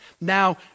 Now